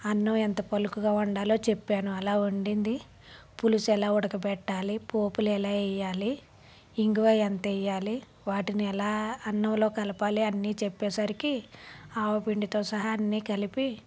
అన్నం ఎంత పలుకుగా వండాలో చెప్పాను అలా వండింది పులుసు ఎలా ఉడక పెట్టాలి పోపులు ఎలా వెయ్యాలి ఇంగువ ఎంత వెయ్యాలి వాటిని ఎలా అన్నంలో కలపాలి అన్ని చెప్పేసరికి ఆవపిండితో సహా అన్ని కలిపి